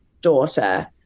daughter